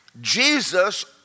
Jesus